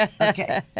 Okay